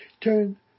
Turn